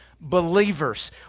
believers